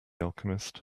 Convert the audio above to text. alchemist